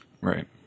Right